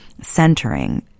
Centering